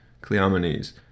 Cleomenes